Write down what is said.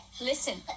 Listen